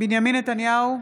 בנימין נתניהו,